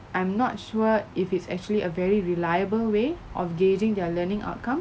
I'm not sure if it's actually a very reliable way of gauging their learning outcome